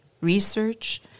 research